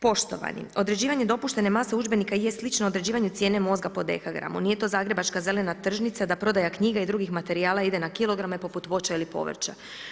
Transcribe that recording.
Poštovani, određivanje dopuštene mase udžbenika je slično određivanju cijene mozga po dekagramu, nije to zagrebačka zelena tržnica da prodaja knjiga i drugih materijala ide na kg, poput voća ili povrća.